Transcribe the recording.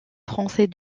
français